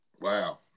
wow